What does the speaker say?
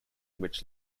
which